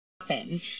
happen